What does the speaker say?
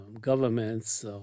governments